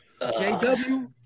jw